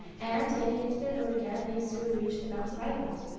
and, getting into their boat again, they soon reached the mouse island.